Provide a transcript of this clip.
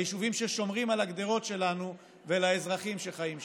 ליישובים ששומרים על הגדרות שלנו ועל האזרחים שחיים שם.